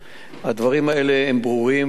הדברים האלה הם ברורים וחדים,